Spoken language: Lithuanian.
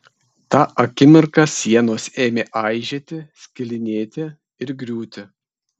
tą akimirką sienos ėmė aižėti skilinėti ir griūti